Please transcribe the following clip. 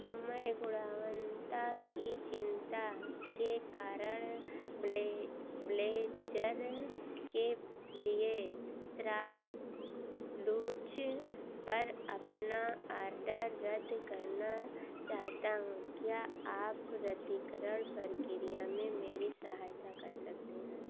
मैं गुणवत्ता की चिंता के कारण ब्ले ब्लेज़र के लिए श्रापलूच पर अपना ऑर्डर रद्द करना चाहता हूँ क्या आप रद्दीकरण प्रक्रिया में मेरी सहायता कर सकते हैं